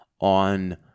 on